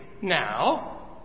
now